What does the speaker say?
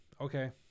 okay